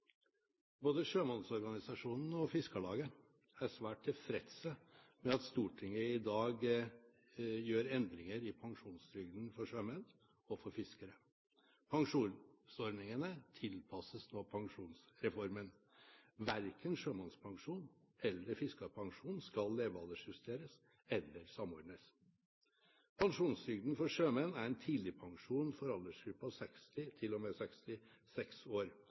Både sjømannsorganisasjonene og Fiskarlaget er svært tilfreds med at Stortinget i dag gjør endringer i pensjonstrygden for sjømenn og for fiskere. Pensjonsordningene tilpasses nå pensjonsreformen. Verken sjømannspensjonen eller fiskerpensjonen skal levealdersjusteres eller samordnes. Pensjonstrygden for sjømenn er en tidligpensjon for aldersgruppen fra 60 til og med 66 år.